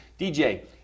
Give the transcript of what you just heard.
DJ